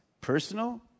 Personal